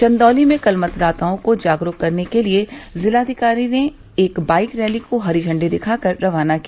चन्दौली में कल मतदाताओं को जागरूक करने के लिये जिलाधिकारी ने एक बाईक रैली को हरी झंडी दिखा कर रवाना किया